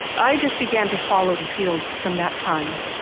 i just began to follow the field from that time.